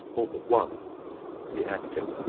all but one the acting.